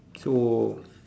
so